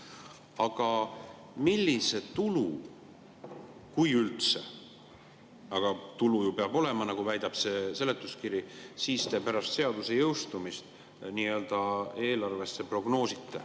Aga millist tulu, kui üldse – aga tulu ju peab olema, nagu väidab see seletuskiri –, te pärast seaduse jõustumist eelarvesse prognoosite?